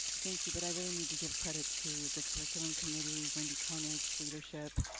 thank you, but i really need to give credit to the curriculum committee, wendy koenig's leadership,